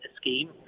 scheme